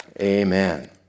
Amen